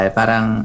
parang